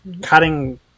cutting